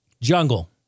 jungle